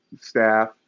staff